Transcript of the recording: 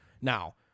Now